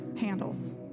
handles